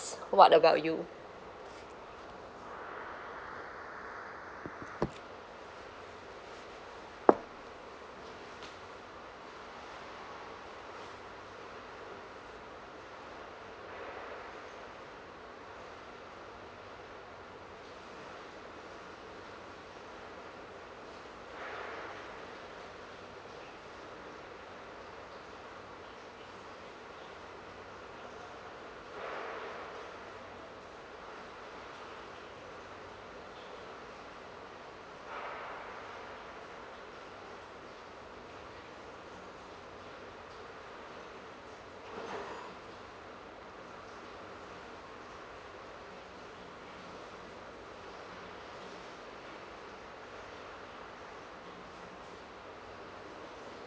what about you